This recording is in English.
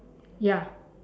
ya